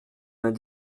vingt